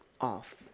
off